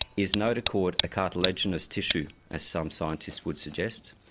is notochord a cartilaginous tissue, as some scientists would suggest?